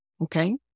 Okay